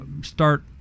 start